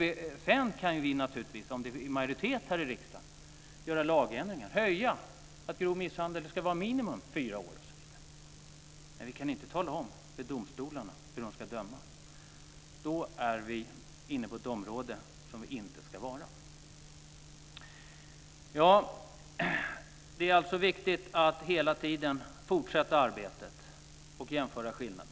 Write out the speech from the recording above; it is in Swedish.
Sedan kan vi naturligtvis, om det är en majoritet för det i riksdagen, göra lagändringar, höja straffen och säga att för grov misshandel ska minimum vara fyra år. Men vi kan inte tala om för domstolarna hur de ska döma. Då är vi inne på ett område där vi inte ska vara. Det är alltså viktigt att hela tiden fortsätta arbetet och jämföra skillnaderna.